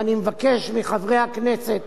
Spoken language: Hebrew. ואני מבקש מחברי הכנסת